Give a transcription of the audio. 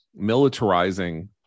militarizing